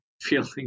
feeling